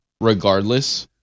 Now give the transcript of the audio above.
regardless